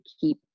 keep